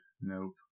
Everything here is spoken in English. Nope